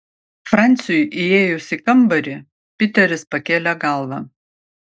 franciui įėjus į kambarį piteris pakėlė galvą